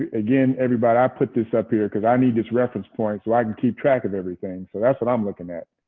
ah everybody, i put this up here because i need this reference point so i can keep track of everything. so that's what i'm looking at.